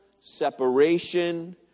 separation